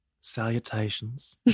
Salutations